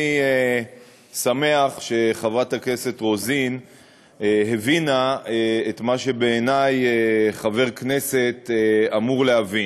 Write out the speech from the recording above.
אני שמח שחברת הכנסת רוזין הבינה את מה שבעיני חבר כנסת אמור להבין: